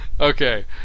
Okay